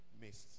missed